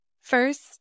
First